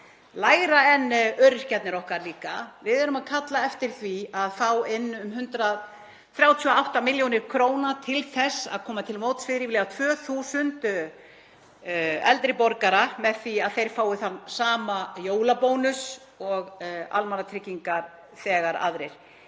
lægra en öryrkjarnir okkar líka — við erum að kalla eftir því að fá inn um 138 millj. kr. til þess að koma til móts við ríflega 2.000 eldri borgara með því að þeir fái þann sama jólabónus og almannatryggingaþegar aðrir.